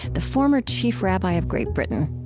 the former chief rabbi of great britain.